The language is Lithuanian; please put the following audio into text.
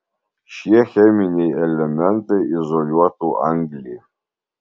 šie cheminiai elementai izoliuotų anglį